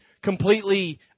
completely